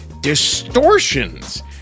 Distortions